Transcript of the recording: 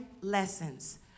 lessons